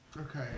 Okay